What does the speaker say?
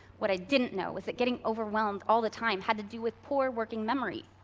what i didn't know was that getting overwhelmed all the time had to do with poor working memory,